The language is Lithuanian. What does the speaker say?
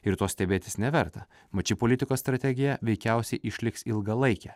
ir to stebėtis neverta mat ši politikos strategija veikiausiai išliks ilgalaike